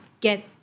get